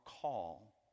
call